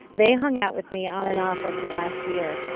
they hung out with me on and off over the last year.